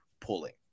pulling